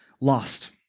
lost